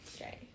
Okay